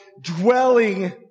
dwelling